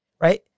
right